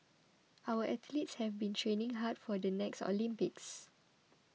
our athletes have been training hard for the next Olympics